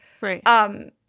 Right